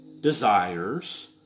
desires